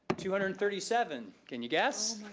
two hundred and thirty seven, can you guess?